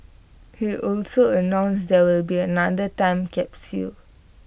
he also announced there will be another time capsule